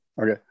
Okay